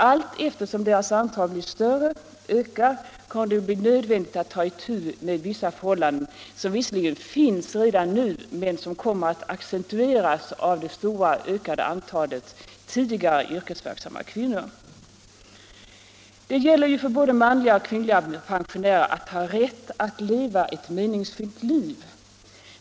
Allteftersom deras antal ökar kommer det att bli nödvändigt att ta itu med vissa förhållanden, som visserligen redan finns men som kommer att accentueras av det stora antalet tidigare yrkesverksamma kvinnor. Det gäller ju för både manliga och kvinnliga pensionärer att ha rätt att leva ett meningsfyllt liv.